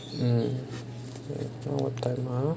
hmm now what time ah